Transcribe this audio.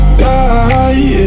die